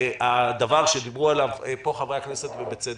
והדבר שדיברו עליו פה חברי הכנסת ובצדק: